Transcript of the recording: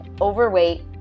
overweight